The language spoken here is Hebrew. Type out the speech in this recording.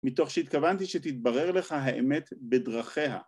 מתוך שהתכוונתי שתתברר לך האמת בדרכיה.